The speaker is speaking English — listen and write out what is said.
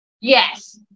yes